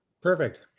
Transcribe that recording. Perfect